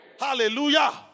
Hallelujah